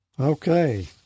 Okay